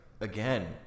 again